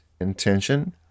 intention